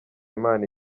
imana